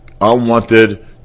unwanted